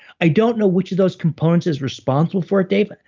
i don't know which of those components is responsible for it dave,